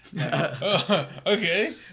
Okay